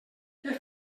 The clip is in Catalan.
què